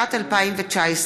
התשע"ט 2019,